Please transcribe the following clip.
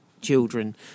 children